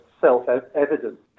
self-evident